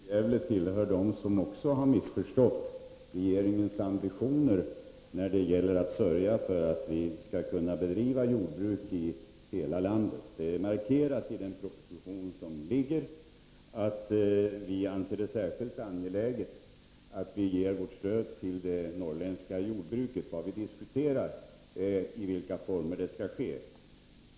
Herr talman! Jag förstår att Gunnar Björk i Gävle också tillhör dem som har missförstått regeringens ambitioner när det gäller att sörja för att vi skall kunna bedriva jordbruk i hela landet. Det har markerats i den proposition som har framlagts att vi anser det särskilt angeläget att stödja den norrländska jorbruksnäringen. Vad vi diskuterar är i vilka former detta skall ske.